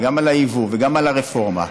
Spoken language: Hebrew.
גם על היבוא וגם על הרפורמה.